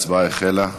ההצבעה החלה.